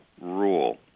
rule